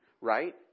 Right